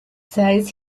said